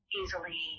easily